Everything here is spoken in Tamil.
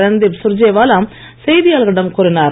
ரண்தீப் சுர்ஜேவாலா செய்தியாளர்களிடம் கூறினார்